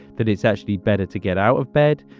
that it's actually better to get out of bed,